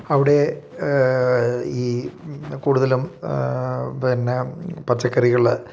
അവിടെ ഈ കൂടുതലും പിന്നെ പച്ചക്കറികൾ